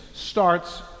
starts